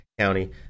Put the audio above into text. county